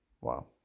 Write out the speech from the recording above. wow